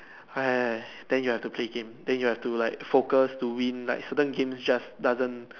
ah then you have to play game then you have to like focus to win like certain games just doesn't